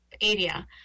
area